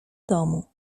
domu